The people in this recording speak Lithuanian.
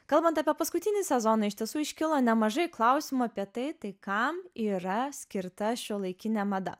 kalbant apie paskutinį sezoną iš tiesų iškilo nemažai klausimų apie tai tai kam yra skirta šiuolaikinė mada